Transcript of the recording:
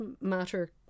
matter